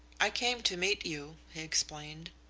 i came to meet you, he explained.